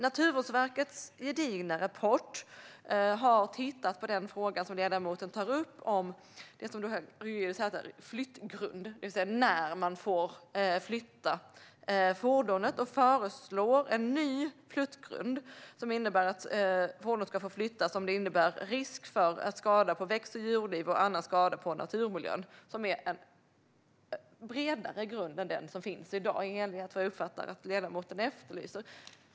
Naturvårdsverkets gedigna rapport har tittat på den fråga som ledamoten tar upp om flyttgrund, det vill säga när man får flytta ett fordon. Man föreslår en ny flyttgrund som innebär att fordonet ska få flyttas om det innebär risk för skada på växt och djurliv eller annan skada på naturmiljön. Det är en bredare grund än den som finns i dag, vilket också är vad jag uppfattar att ledamoten efterlyser.